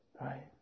Right